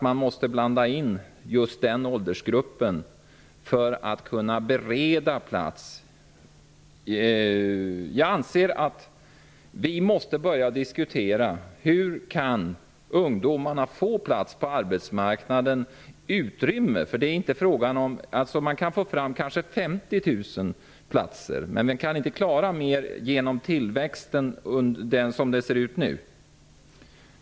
Man måste blanda in just den åldersgruppen för att kunna bereda plats. Vi måste börja diskutera hur ungdomarna kan få utrymme på arbetsmarknaden. Det går kanske att få fram 50 000 platser genom tillväxt. Som det ser ut nu går det inte att få fram fler.